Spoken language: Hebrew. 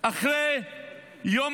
אחרי יום